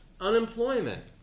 Unemployment